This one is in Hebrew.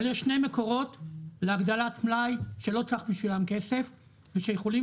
אבל יש שני מקורות להגדלת מלאי שלא צריך בשבילם כסף ושיכולים